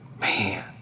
man